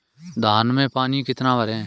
धान में पानी कितना भरें?